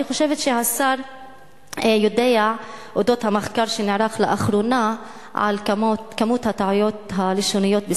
אני חושבת שהשר יודע על המחקר שנערך לאחרונה על כמות הטעויות הלשוניות,